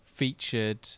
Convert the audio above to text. Featured